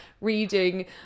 reading